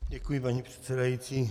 Děkuji, paní předsedající.